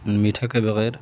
میٹھا کے بغیر